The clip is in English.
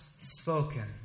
spoken